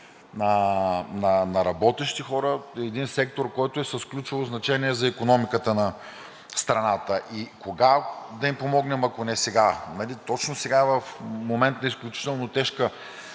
на работещи хора. Един сектор, който е с ключово значение за икономиката на страната. Кога да им помогнем, ако не сега – нали точно сега в момента на изключително тежка